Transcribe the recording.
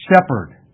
shepherd